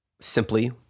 simply